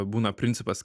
būna principas